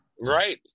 Right